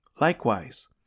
Likewise